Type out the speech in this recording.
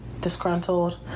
disgruntled